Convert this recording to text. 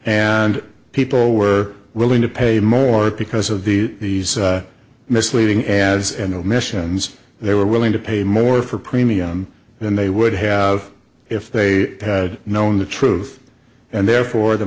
and people were willing to pay more because of the these misleading ads and omissions they were willing to pay more for premium than they would have if they had known the truth and therefore the